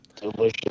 Delicious